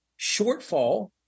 shortfall